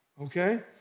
okay